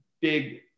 big